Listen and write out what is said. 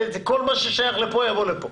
כל מה ששייך לפה, יבוא לפה.